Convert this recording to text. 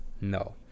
No